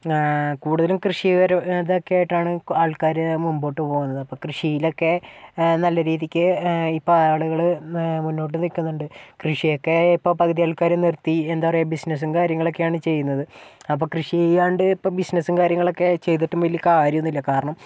കൂടുതലും കൃഷി പര ഇതൊക്കെ ആയിട്ടാണ് ആൾക്കാർ മുൻപോട്ട് പോകുന്നത് അപ്പം കൃഷിയിലൊക്കെ നല്ല രീതിക്ക് ഇപ്പം ആണുങ്ങൾ മുന്നോട്ട് വെക്കുന്നുണ്ട് കൃഷി ഒക്കെ ഇപ്പം പകുതി ആൾക്കാരും നിർത്തി എന്താ പറയുക ബിസിനസ്സും കാര്യങ്ങളൊക്കെ ആണ് ചെയ്യുന്നത് അപ്പം കൃഷി ചെയ്യാണ്ട് ഇപ്പം ബിസിനസ്സും കാര്യങ്ങളൊക്കെ ചെയ്തിട്ടും വലിയ കാര്യം ഒന്നും ഇല്ല കാരണം